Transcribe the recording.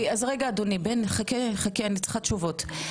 חכה, אני צריכה תשובות.